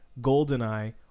Goldeneye